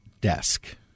desk